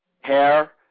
hair